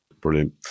Brilliant